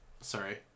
Sorry